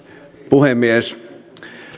puhemies